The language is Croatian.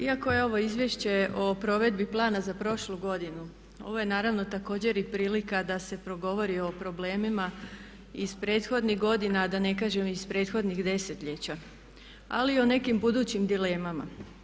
Iako je ovo izvješće o provedbi plana za prošlu godinu, ovo je naravno također i prilika da se progovori o problemima iz prethodnih godina, a da ne kažem iz prethodnih desetljeća ali o nekim budućim dilemama.